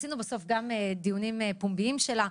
בסוף עשינו גם דיונים פומביים שלה,